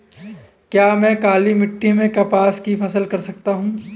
क्या मैं काली मिट्टी में कपास की फसल कर सकता हूँ?